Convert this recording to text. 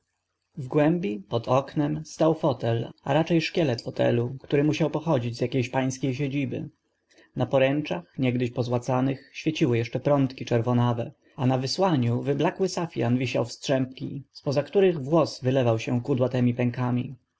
w głębi pod oknem stał fotel a racze szkielet fotelu który musiał pochodzić z akie ś pańskie siedziby na poręczach niegdyś pozłacanych świeciły eszcze prątki czerwonawe a na wysłaniu wyblakły safian wisiał w strzępki spoza których włos wylewał się kudłatymi pękami